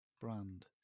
Brand